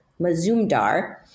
Mazumdar